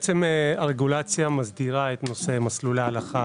הרגולציה מסדירה את נושא מסלולי ההלכה